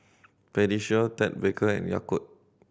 Pediasure Ted Baker and Yakult